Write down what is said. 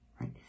right